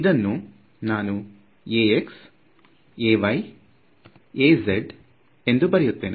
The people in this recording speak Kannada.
ಇದನ್ನು ನಾನು Ax Ay Az ಎಂದು ಬರೆಯುತ್ತೇನೆ